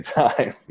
time